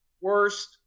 worst